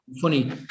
Funny